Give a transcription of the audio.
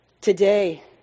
today